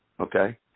Okay